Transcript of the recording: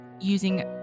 using